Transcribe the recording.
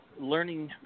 learning